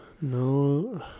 No